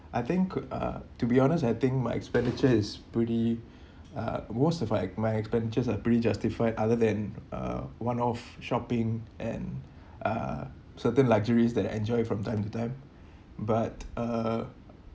I think uh to be honest I think my expenditure is pretty uh most of my my expenditure are pretty justified other than uh one of shopping and uh certain luxuries that enjoy from time to time but uh